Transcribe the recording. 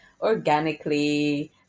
organically